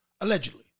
Allegedly